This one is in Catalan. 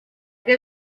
que